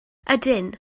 ydyn